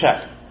check